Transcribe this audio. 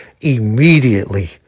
immediately